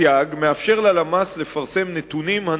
סייג זה מאפשר ללמ"ס לפרסם נתונים על